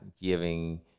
giving –